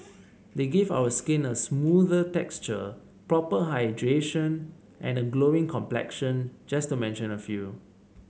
they give our skin a smoother texture proper hydration and a glowing complexion just to mention a few